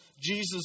Jesus